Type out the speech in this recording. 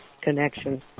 connection